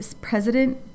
president